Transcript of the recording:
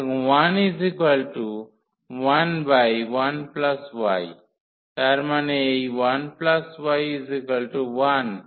সুতরাং 111y তার মানে এই 1 y 1